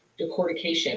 decortication